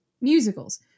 musicals